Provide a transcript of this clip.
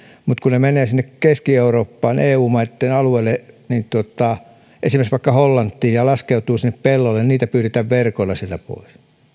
mutta kun ne menevät keski eurooppaan eu maitten alueelle esimerkiksi vaikka hollantiin ja laskeutuvat sinne pellolle niin niitä pyydetään verkoilla sieltä pois